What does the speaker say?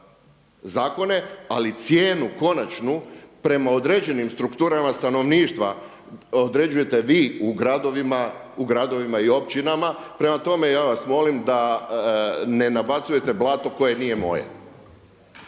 zakone, ali cijenu konačnu prema određenim strukturama stanovništva određujete vi u gradovima i općinama, prema tome ja vas molim da ne nabacujete blato koje nije moje.